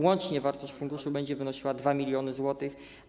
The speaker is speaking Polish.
Łącznie wartość funduszu będzie wynosiła 2 mld zł.